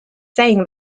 saying